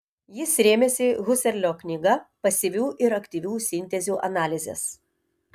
jis rėmėsi husserlio knyga pasyvių ir aktyvių sintezių analizės